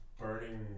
burning